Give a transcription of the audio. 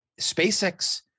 SpaceX